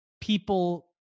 people